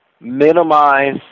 minimize